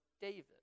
David